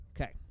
Okay